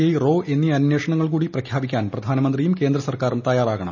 I റോ എന്നീ അന്വേഷണങ്ങൾക്കൂടി പ്രഖ്യാപിക്കാൻ പ്രധാനമന്ത്രിയും കേന്ദ്ര സർക്കാരും തയ്യാറാകണം